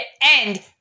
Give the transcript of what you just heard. end